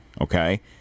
Okay